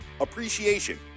Appreciation